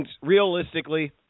Realistically